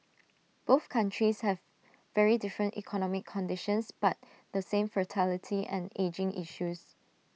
both countries have very different economic conditions but the same fertility and ageing issues